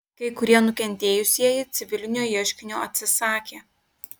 kai kurie nukentėjusieji civilinio ieškinio atsisakė